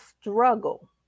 struggle